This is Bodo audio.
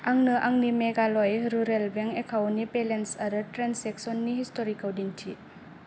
आंनो आंनि मेघालय रुरेल बेंक एकाउन्टनि बेलेन्स आरो ट्रेनजेक्सननि हिस्ट'रिखौ दिन्थि